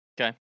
Okay